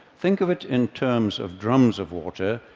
think of it in terms of drums of water,